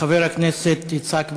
חבר הכנסת יצחק וקנין,